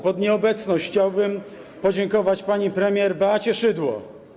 Pod nieobecność chciałbym podziękować pani premier Beacie Szydło.